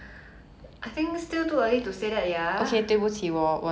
拿回 take back my words 拿回我的